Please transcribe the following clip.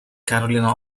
carolina